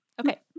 Okay